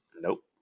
Nope